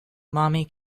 mommy